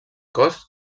cos